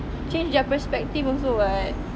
change their perspective also [what]